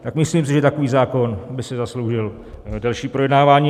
Tak si myslím, že takový zákon by si zasloužil delší projednávání.